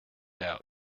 out